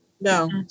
No